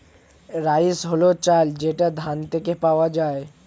rice হল চাল যেটা ধান থেকে পাওয়া যায়